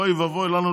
אוי ואבוי לנו,